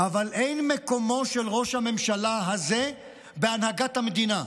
אבל אין מקומו של ראש הממשלה הזה בהנהגת המדינה.